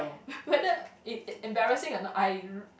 whe~ whether it embarrassing or not I